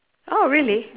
orh really